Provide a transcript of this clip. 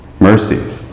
Mercy